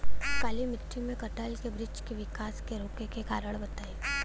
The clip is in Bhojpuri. काली मिट्टी में कटहल के बृच्छ के विकास रुके के कारण बताई?